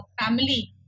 family